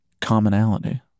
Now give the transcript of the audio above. commonality